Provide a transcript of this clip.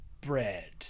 bread